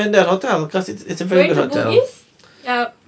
going to bugis yup